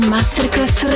Masterclass